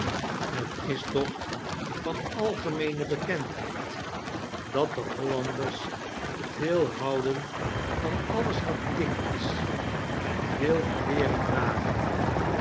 het is toch van algemeene bekendheid dat de hollanders veel bouden van alles wat dik is en veel kleeren dragen